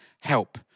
help